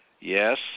Yes